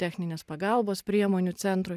techninės pagalbos priemonių centrui